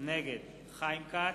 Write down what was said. נגד חיים כץ,